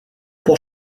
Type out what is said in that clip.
pour